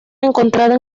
encontrado